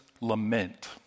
lament